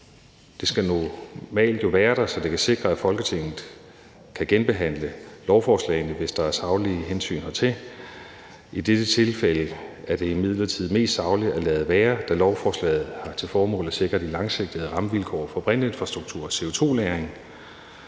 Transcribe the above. der jo normalt være, så det sikres, at Folketinget kan genbehandle lovforslagene, hvis der er saglige hensyn hertil. I dette tilfælde er det imidlertid det mest saglige at lade være, da lovforslaget har til formål at sikre de langsigtede rammevilkår for brintinfrastruktur og CO2-lagring